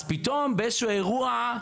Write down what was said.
אז פתאום באיזשהו אירוע,